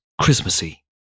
Christmassy